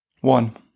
One